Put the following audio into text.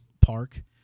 park